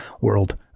world